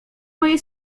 mojej